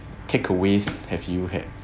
takeaways have you had